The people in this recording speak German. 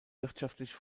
wirtschaftlich